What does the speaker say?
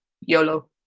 YOLO